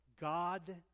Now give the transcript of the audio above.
God